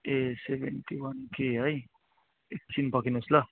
ए seventy one K है एकछिन पर्खिनुहोस् ल